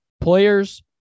players